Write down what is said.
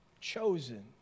chosen